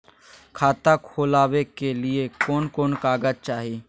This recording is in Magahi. खाता खोलाबे के लिए कौन कौन कागज चाही?